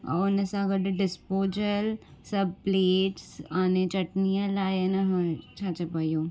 ऐं हुन सां गॾु डिस्पोजल सभु प्लेट्स अने चटनीअ लाइ न छा चइबो आहे इहो